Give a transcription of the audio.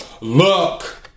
look